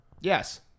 Yes